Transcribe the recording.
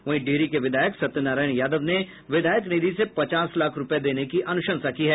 वहीं डिहरी के विधायक सत्य नारायण यादव ने विधायक निधि से पचास लाख रूपये देने की अनुशंसा की है